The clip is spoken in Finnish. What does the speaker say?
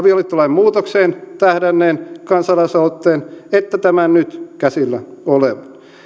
muutokseen tähdänneen kansalaisaloitteen että tämän nyt käsillä olevan